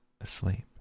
asleep